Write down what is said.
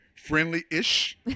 friendly-ish